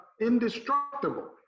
indestructible